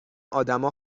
ادما